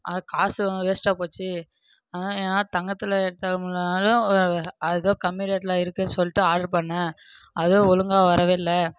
காசும் வேஸ்ட்டாக போச்சு தங்கத்தில் எடுத்து தர முடியலைன்னாலும் அது தான் கம்மி ரேட்டில் இருக்குன்னு சொல்லிவிட்டு ஆர்டர் பண்ணிணேன் அது ஒழுங்காக வரவே இல்லை